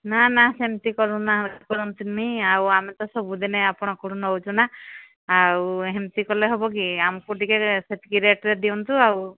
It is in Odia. ନା ନା ସେମିତି କରୁନା କରନ୍ତୁନି ଆଉ ଆମେ ତ ସବୁଦିନେ ଆପଣଙ୍କଠୁ ନେଉଛୁ ନା ଆଉ ଏମିତି କଲେ ହେବ କି ଆମକୁ ଟିକେ ସେତିକି ରେଟ୍ରେ ଦିଅନ୍ତୁ ଆଉ